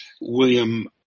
William